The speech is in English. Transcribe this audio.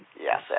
yes